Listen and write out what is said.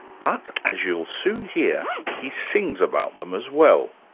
but, as you'll soon hear, he sings about them as well.